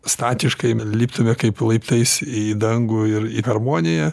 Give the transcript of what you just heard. statiškai liptume kaip laiptais į dangų ir į harmoniją